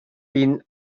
been